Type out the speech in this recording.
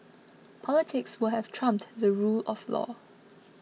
politics will have trumped the rule of law